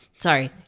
sorry